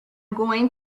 going